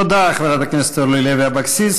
תודה לחברת הכנסת אורלי לוי אבקסיס.